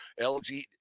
LG